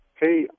Hey